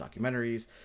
documentaries